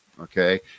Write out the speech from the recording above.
Okay